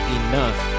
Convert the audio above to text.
enough